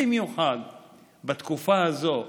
במיוחד בתקופה הזו,